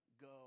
go